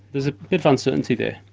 there's a bit of uncertainty there.